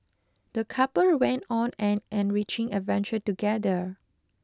the couple went on an enriching adventure together